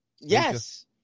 Yes